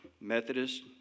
Methodist